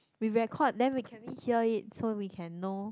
we record then we can we hear it so we can know